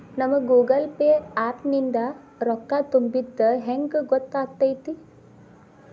ನಮಗ Google Pay app ನಿಂದ ರೊಕ್ಕಾ ತುಂಬಿದ್ದ ಹೆಂಗ್ ಗೊತ್ತ್ ಆಗತೈತಿ?